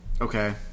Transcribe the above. okay